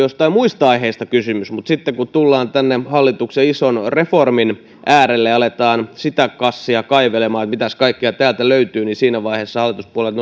on joistain muista aiheista kysymys mutta sitten kun tullaan tänne hallituksen ison reformin äärelle ja aletaan sitä kassia kaivelemaan että mitäs kaikkea täältä löytyy niin siinä vaiheessa hallituspuolueet